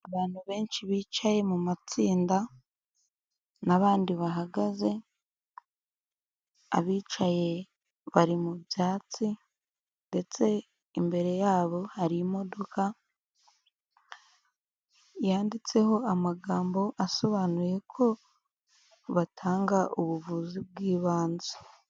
Abantu benshi bicaye mu matsinda n'abandi bahagaze, abicaye bari mu byatsi ndetse imbere yabo hari imodoka yanditseho amagambo asobanuye ko batanga ubuvuzi bw'ibanze.